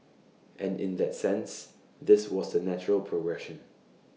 and in that sense this was the natural progression